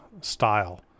style